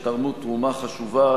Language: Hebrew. שתרמו תרומה חשובה.